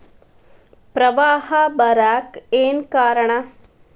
ಪ್ರವಾಹ ಬರಾಕ್ ಏನ್ ಕಾರಣ?